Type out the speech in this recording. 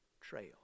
trail